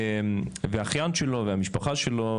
ואחיין שלו והמשפחה שלו,